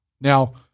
Now